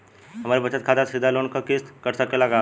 हमरे बचत खाते से सीधे लोन क किस्त कट सकेला का?